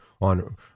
on